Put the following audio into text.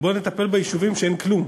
בואו נטפל ביישובים שאין בהם כלום,